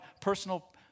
personal